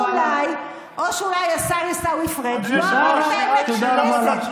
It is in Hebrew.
או שאולי השר עיסאווי פריג' לא אמר את האמת לכנסת.